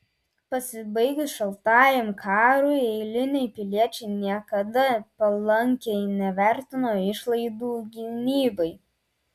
pasibaigus šaltajam karui eiliniai piliečiai niekada palankiai nevertino išlaidų gynybai